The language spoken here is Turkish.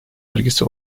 vergisi